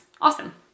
awesome